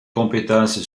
compétence